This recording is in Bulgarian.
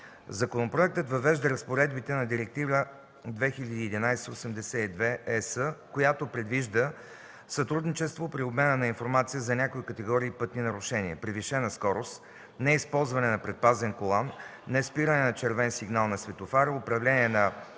Законопроектът въвежда разпоредбите на Директива 2011/82/ЕС, която предвижда сътрудничество при обмена на информация за някои категории пътни нарушения – превишена скорост, неизползване на предпазен колан, неспиране на червен сигнал на светофара, управление на